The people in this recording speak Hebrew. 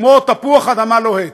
כמו תפוח אדמה לוהט.